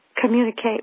communicate